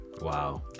Wow